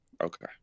Okay